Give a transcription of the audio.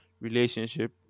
relationship